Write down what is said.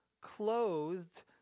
clothed